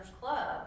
Club